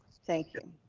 thank you.